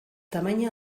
tamaina